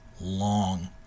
long